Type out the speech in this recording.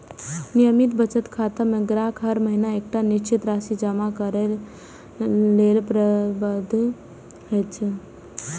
नियमित बचत खाता मे ग्राहक हर महीना एकटा निश्चित राशि जमा करै लेल प्रतिबद्ध होइ छै